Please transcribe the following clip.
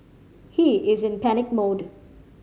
he is in panic mode